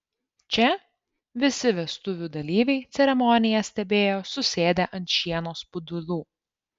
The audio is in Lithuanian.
čia visi vestuvių dalyviai ceremoniją stebėjo susėdę ant šieno spudulų